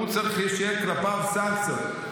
הוא צריך שיהיו כלפיו סנקציות,